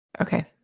Okay